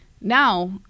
now